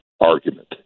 argument